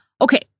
okay